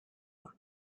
who